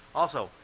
also,